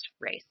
race